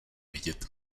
vidět